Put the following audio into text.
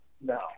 No